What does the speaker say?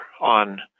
on